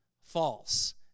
false